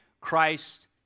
Christ